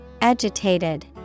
Agitated